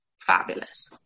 fabulous